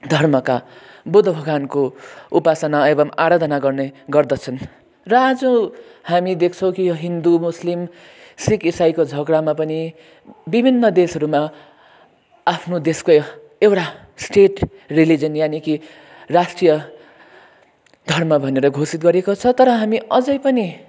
धर्मका बुद्ध भगवानको उपासना एवम् आराधना गर्ने गर्दछन् र आज हामी देख्छौँ कि हिन्दू मुस्लिम सिख इसाईको झगडामा पनि विभिन्न देशहरूमा आफ्नो देशको एउटा स्टेट रिलिजन यानि कि राष्ट्रिय धर्म भनेर घोषित गरेको छ तर हामी अझै पनि